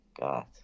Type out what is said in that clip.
God